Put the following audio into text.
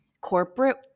corporate